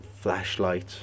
flashlight